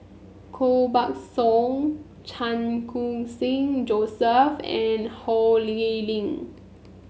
Koh Buck Song Chan Khun Sing Joseph and Ho Lee Ling